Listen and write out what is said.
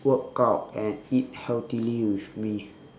workout and eat healthily with me